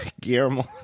Guillermo